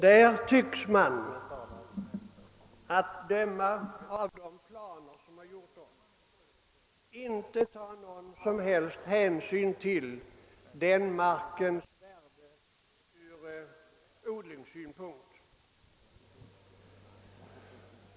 Där tycks man, att döma av de planer som gjorts upp, inte ta någon som helst hänsyn till markens värde ur odlingssynpunkt.